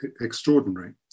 extraordinary